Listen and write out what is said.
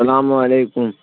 السلام علیکم